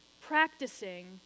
practicing